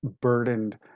burdened